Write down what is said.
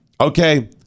okay